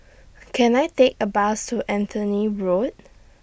Can I Take A Bus to Anthony Road